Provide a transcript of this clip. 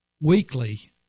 weekly